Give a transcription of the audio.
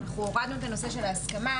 אנחנו הורדנו את הנושא של ההסכמה,